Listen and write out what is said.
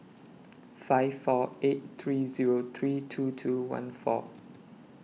five four eight three Zero three two two one four